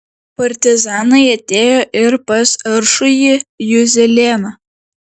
partizanai atėjo ir pas aršųjį juzelėną